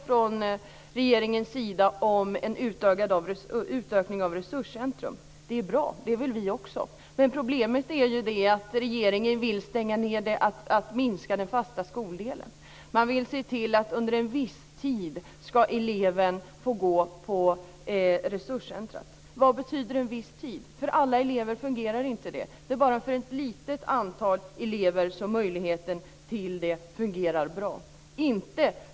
Från regeringens sida pratar man också om en utökning av resurscenter. Det är bra. Det vill vi också. Problemet är dock att regeringen vill minska den fasta skoldelen. Man vill se till att eleven under en viss tid får gå på resurscentrumet. Vad betyder "en viss tid"? Detta fungerar inte för alla elever. Det är bara för ett litet antal elever som den här möjligheten fungerar bra.